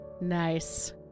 Nice